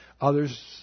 Others